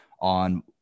on